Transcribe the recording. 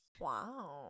wow